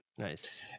Nice